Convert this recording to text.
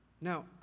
Now